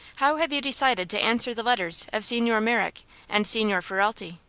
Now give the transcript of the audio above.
how have you decided to answer the letters of signor merrick and signor ferralti?